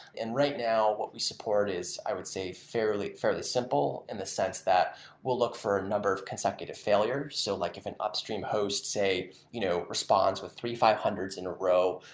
right now, what we support is, i would say, fairly fairly simple in the sense that we'll look for a number of consecutive failures. so like if an upstream host say you know response with three five hundred ths in a row,